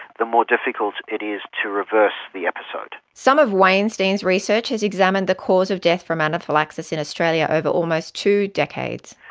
the more difficult it is to reverse the episode. some of wainstein's research has examined the cause of death from anaphylaxis in australia over almost two decades.